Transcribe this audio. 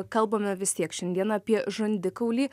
kalbame vis tiek šiandien apie žandikaulį